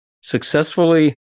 successfully